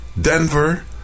Denver